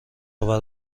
آور